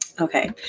okay